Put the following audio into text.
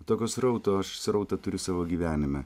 tokio srauto aš srautą turiu savo gyvenime